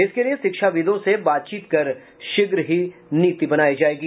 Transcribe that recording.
इसके लिये शिक्षा विदों से बातचीत कर शीघ्र ही नीति बनायी जायगी